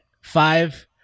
five